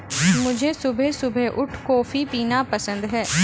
मुझे सुबह सुबह उठ कॉफ़ी पीना पसंद हैं